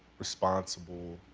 responsible,